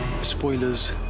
Spoilers